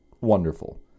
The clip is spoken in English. wonderful